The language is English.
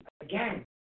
Again